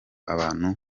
abantu